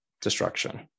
destruction